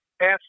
Ask